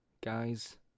guys